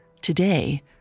Today